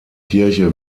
kirche